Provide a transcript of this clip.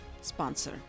sponsor